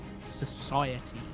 society